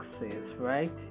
right